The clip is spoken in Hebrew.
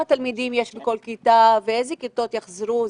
תלמידים בכל כיתה ואיזה כיתות יחזרו,